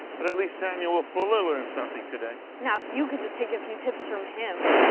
but, at least samuel fuller learned something today. now, if you could just take a few tips from him.